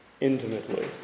intimately